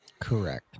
Correct